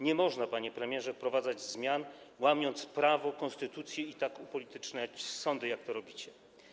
Nie można, panie premierze, wprowadzać zmian, łamiąc prawo, konstytucję, i tak upolityczniać sądów, jak to robicie.